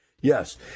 Yes